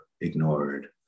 ignored